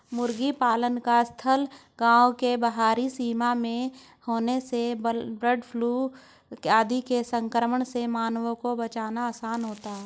मुर्गी पालन का स्थल गाँव के बाहरी सीमा में होने से बर्डफ्लू आदि के संक्रमण से मानवों को बचाना आसान होता है